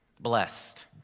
Blessed